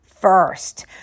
first